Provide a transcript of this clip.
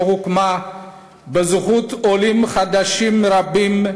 שהוקמה בזכות עולים חדשים רבים,